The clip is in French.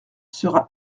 sera